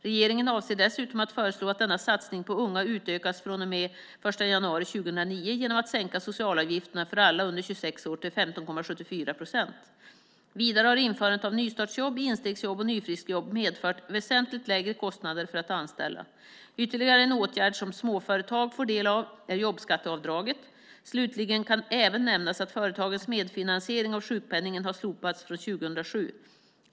Regeringen avser dessutom att föreslå att denna satsning på unga utökas från och med den 1 januari 2009 genom en sänkning av socialavgifterna för alla under 26 år till 15,74 procent. Vidare har införandet av nystartsjobb, instegsjobb och nyfriskjobb medfört väsentligt lägre kostnader för att anställa. Ytterligare en åtgärd som småföretag får del av är jobbskatteavdraget. Slutligen kan även nämnas att företagens medfinansiering av sjukpenningen har slopats från 2007.